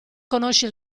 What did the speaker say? conosce